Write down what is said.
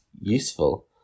useful